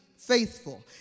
Faithful